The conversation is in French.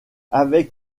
avec